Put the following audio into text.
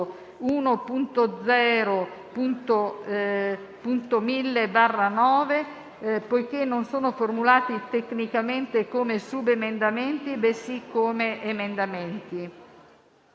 1.0.1000/9 poiché non sono formulati tecnicamente come subemendamenti, bensì come emendamenti.